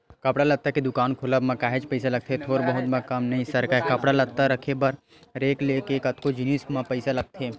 कपड़ा लत्ता के दुकान खोलब म काहेच पइसा लगथे थोर बहुत म काम नइ सरकय कपड़ा लत्ता रखे बर रेक ले लेके कतको जिनिस म पइसा लगथे